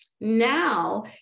Now